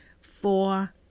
four